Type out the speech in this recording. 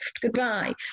Goodbye